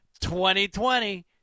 2020